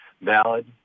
valid